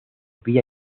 vía